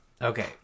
Okay